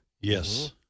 Yes